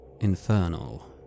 infernal